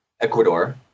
ecuador